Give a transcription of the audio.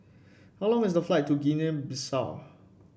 how long is the flight to Guinea Bissau